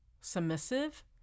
submissive